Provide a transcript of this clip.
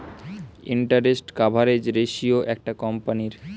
interest coverage ratio একটা কোম্পানীর